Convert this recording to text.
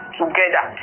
together